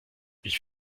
ich